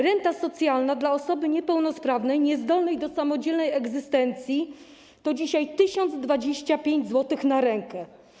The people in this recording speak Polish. Renta socjalna dla osoby niepełnosprawnej, niezdolnej do samodzielnej egzystencji to dzisiaj 1025 zł na rękę.